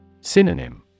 Synonym